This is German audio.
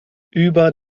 über